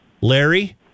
Larry